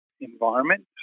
environment